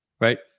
right